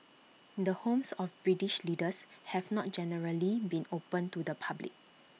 the homes of British leaders have not generally been open to the public